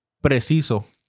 preciso